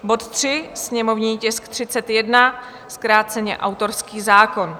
bod 3, sněmovní tisk 31, zkráceně autorský zákon;